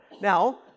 Now